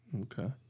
Okay